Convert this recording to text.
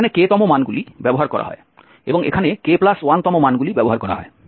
এখানে k তম মানগুলি ব্যবহার করা হয় এবং এখানে k1 তম মানগুলি ব্যবহার করা হয়